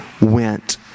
went